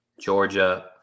Georgia